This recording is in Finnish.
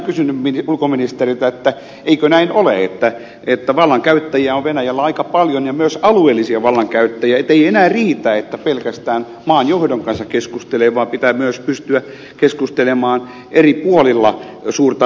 olisinkin oikeastaan kysynyt ulkoministeriltä eikö näin ole että vallankäyttäjiä on venäjällä aika paljon ja myös alueellisia vallankäyttäjiä ettei enää riitä että pelkästään maan johdon kanssa keskustelee vaan pitää myös pystyä keskustelemaan eri puolilla suurta venäjän maata